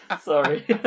Sorry